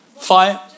fire